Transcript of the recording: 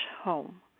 home